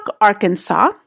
Arkansas